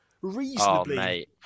reasonably